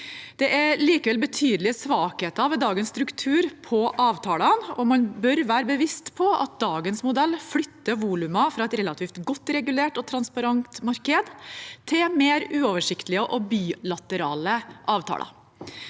Det er likevel betydelige svakheter ved dagens struktur på avtalene, og man bør være bevisst på at dagens modell flytter volumer fra et relativt godt regulert og transparent marked til mer uoversiktlige og bilaterale avtaler.